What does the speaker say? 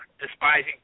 despising